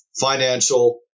financial